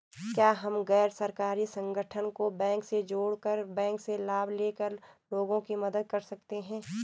क्या हम गैर सरकारी संगठन को बैंक से जोड़ कर बैंक से लाभ ले कर लोगों की मदद कर सकते हैं?